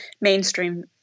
mainstream